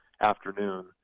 afternoon